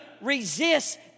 resist